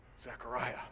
Zechariah